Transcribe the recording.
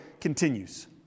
continues